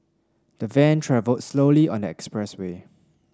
the van travelled slowly on the expressway